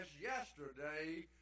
yesterday